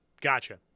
Gotcha